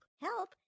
Help